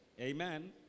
Amen